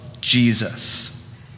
Jesus